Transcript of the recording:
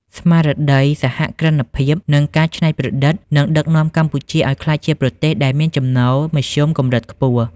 ស្មារតីសហគ្រិនភាព និងការច្នៃប្រឌិត នឹងដឹកនាំកម្ពុជាឱ្យក្លាយជាប្រទេសដែលមានចំណូលមធ្យមកម្រិតខ្ពស់។